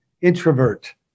introvert